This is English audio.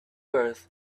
earth